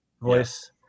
voice